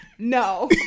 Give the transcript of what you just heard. No